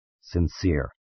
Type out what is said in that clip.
Sincere